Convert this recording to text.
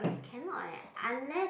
cannot eh unless